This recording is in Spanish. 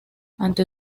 ante